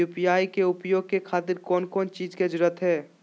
UPI के उपयोग के खातिर कौन कौन चीज के जरूरत है?